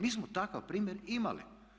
Mi smo takav primjer imali.